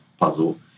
puzzle